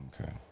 Okay